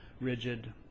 rigid